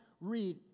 read